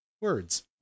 words